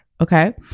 okay